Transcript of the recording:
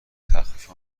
تخفیف